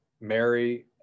Mary